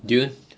you